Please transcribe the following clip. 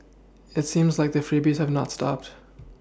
it seems like the freebies have not stopped